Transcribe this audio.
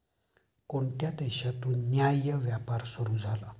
कोणत्या देशातून न्याय्य व्यापार सुरू झाला?